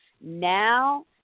Now